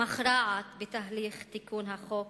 מכרעת בתהליך תיקון החוק,